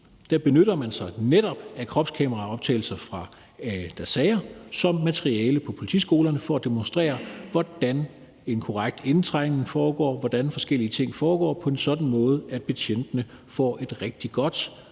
benytter de sig netop af kropskameraoptagelser fra sager som materiale på politiskolerne for at demonstrere, hvordan en korrekt indtrængen foregår, og hvordan forskellige ting foregår, på en sådan måde, at betjentene får et rigtig godt